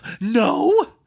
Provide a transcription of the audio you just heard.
no